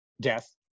death